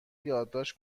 یادداشت